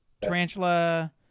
Tarantula